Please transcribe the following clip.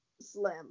slim